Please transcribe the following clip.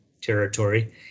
territory